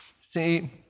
See